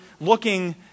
looking